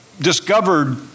discovered